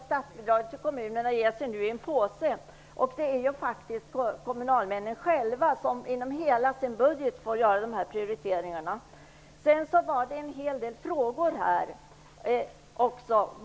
Statsbidraget till kommunerna ges ju numera i en enda påse, och det är faktiskt kommunalmännen själva som får göra prioriteringarna inom hela sin budget.